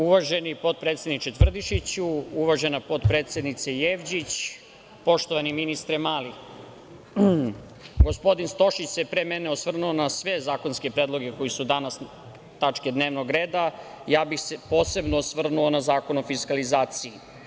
Uvaženi potpredsedniče Tvrdišiću, uvažena potpredsednice Jevđić, poštovani ministre Mali, gospodin Stošić se pre mene osvrnuo na sve zakonske predloge koji su danas tačke dnevnog reda, a ja bih se posebno osvrnuo na Zakon o fiskalizaciji.